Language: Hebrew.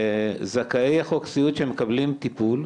זכאי חוק סיעוד, שמקבלים טיפול.